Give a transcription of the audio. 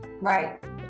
right